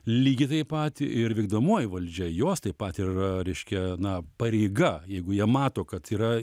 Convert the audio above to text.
lygiai taip pat ir vykdomoji valdžia juos taip pat yra reiškia na pareiga jeigu jie mato kad yra